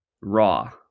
raw